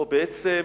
או בעצם